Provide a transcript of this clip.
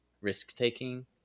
risk-taking